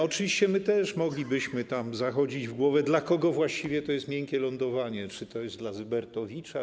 Oczywiście my też moglibyśmy zachodzić w głowę, dla kogo właściwie to jest miękkie lądowanie, czy to jest dla Zybertowicza.